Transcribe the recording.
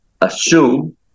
assume